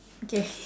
okay